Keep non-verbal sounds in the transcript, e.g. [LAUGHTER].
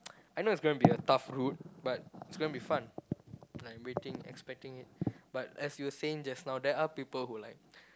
[NOISE] I know is going to be a tough route but it's going to be fun and I am waiting expecting it but as you saying just now there are people who like